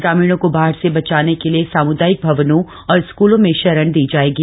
ग्रामीणों को बाढ़ से बचाने के लिए सम्दायिक भवनों और स्कूलों में शरण दी जाएगी